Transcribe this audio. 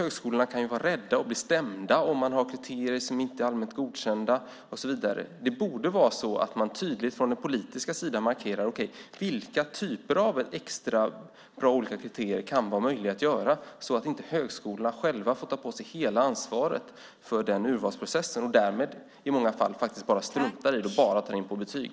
Högskolorna kan vara rädda för att bli stämda om de har kriterier som inte är allmänt godkända och så vidare. I stället borde man från den politiska sidan tydligt markera vilka typer av extra kriterier som kan vara möjliga att ta till. På så sätt skulle högskolorna själva inte behöva ta på sig hela ansvaret för urvalsprocessen. Därför struntar de också i många fall att göra det och tar endast in på betyg.